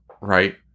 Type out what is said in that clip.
right